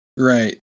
Right